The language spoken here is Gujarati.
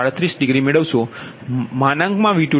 337 ડિગ્રી મેળવશો